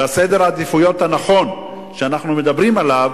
וסדר העדיפויות הנכון שאנחנו מדברים עליו